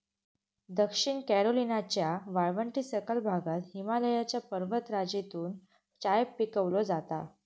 दक्षिण कॅरोलिनाच्या वाळवंटी सखल भागात हिमालयाच्या पर्वतराजीतून चाय पिकवलो जाता